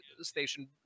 station